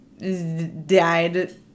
died